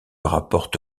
rapporte